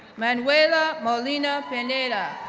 manuela molina pineda,